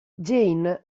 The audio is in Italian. jane